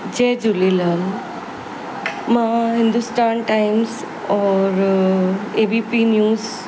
जय झूलेलाल मां हिंदुस्तान टाइम्स और ABP news